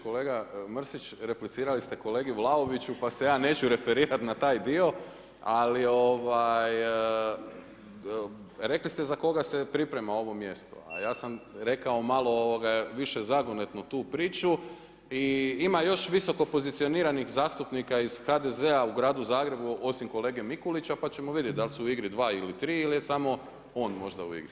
Kolega Mrsić, replicirali ste kolegi Vlaoviću pa se ja neću referirati na taj dio, ali rekli ste za koga se priprema ovo mjesto a ja sam rekao malo više zagonetnu tu priču i ima još visokopozicioniranih zastupnika iz HDZ-a u gradu Zagrebu osim kolege Mikulića pa ćemo vidjeti da li su u igri dva ili tri ili je samo on možda u igri.